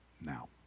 now